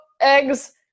eggs